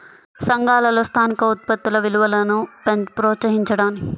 సంఘాలలో స్థానిక ఉత్పత్తుల విలువను ప్రోత్సహించడానికి ఏమి చేయాలి?